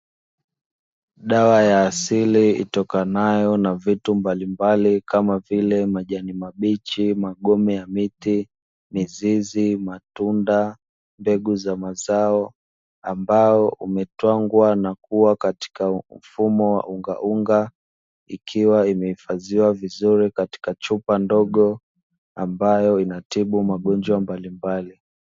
Dawa ya asili itokanayo na vitu mbalimbali kama vile majani mabichi, magome ya miti, mizizi, matunda, mbegu za mazao ambayo umetwangwa na kuwa katika ufumo wa ungaunga ikiwa imehifadhiwa vizuri katika chupa ndogo ambayo inatibu magonjwa mbalimbali.